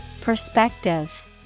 Perspective